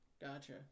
Gotcha